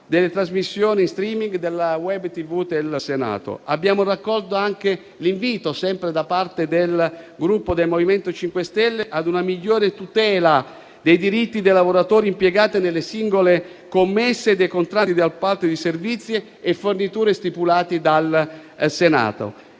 delle trasmissioni in *streaming* della WebTv del Senato. Abbiamo anche raccolto l'invito, sempre da parte del MoVimento 5 Stelle, a una migliore tutela dei diritti dei lavoratori impiegati nelle singole commesse e nei contratti di appalto di servizi e forniture stipulati dal Senato.